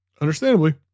understandably